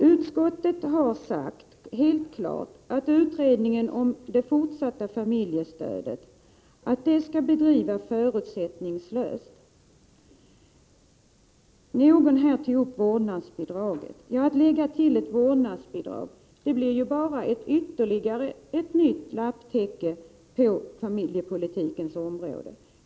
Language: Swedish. Utskottet har sagt helt klart, att utredningen om det fortsatta familjestödet skall bedrivas förutsättningslöst. Någon av talarna tog upp frågan om vårdnadsbidraget. Om man lägger till ett vårdnadsbidrag blir det ju bara ett ytterligare lapptäcke på familjepolitikens område.